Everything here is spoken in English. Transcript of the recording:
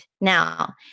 now